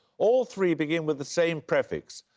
all three begin with the same prefix.